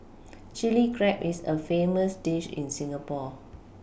Chilli Crab is a famous dish in Singapore